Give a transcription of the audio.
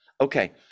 Okay